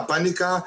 הפאניקה,